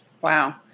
Wow